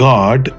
God